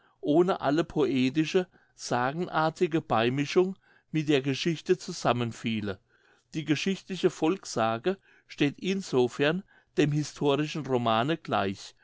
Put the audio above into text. ohne alle poetische sagenartige beimischung mit der geschichte zusammenfiele die geschichtliche volkssage steht insofern dem historischen romane gleich